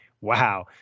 wow